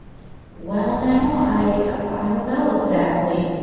well now, i i don't know exactly.